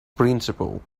principle